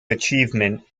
achievement